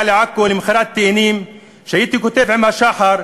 לעכו למכור תאנים שהייתי קוטף עם שחר,